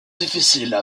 difficiles